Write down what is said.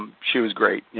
she was great,